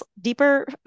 deeper